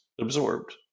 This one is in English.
absorbed